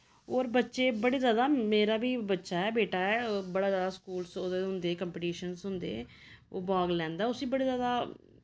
होर बच्चे बड़े ज्यादा मेरा बी बच्चा ऐ बेटा ऐ बड़ा ज्यादा स्कूल ओह्दे होंदे कंपीटिशन्स होंदे ओह् भाग लैंदा उसी बड़े ज्यादा